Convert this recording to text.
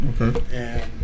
Okay